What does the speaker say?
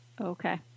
okay